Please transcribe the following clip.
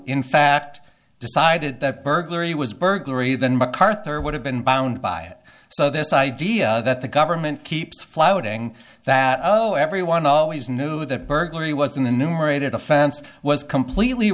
in fact decided that burglary was burglary than macarthur would have been bound by so this idea that the government keeps flouting that oh everyone always knew that burglary was in the numerated offense was completely